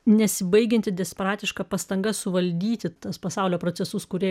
nesibaigianti desperatiška pastanga suvaldyti tuos pasaulio procesus kurie